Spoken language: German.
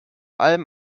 allem